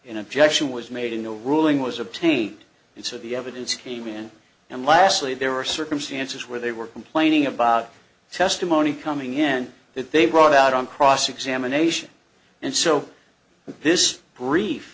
in objection was made in a ruling was obtained use of the evidence came in and lastly there are circumstances where they were complaining about the testimony coming in that they brought out on cross examination and so this brief